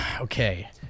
Okay